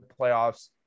playoffs